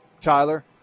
Tyler